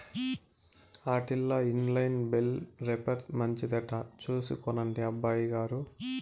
ఆటిల్ల inline bale wrapper మంచిదట చూసి కొనండి అబ్బయిగారు